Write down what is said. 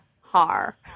har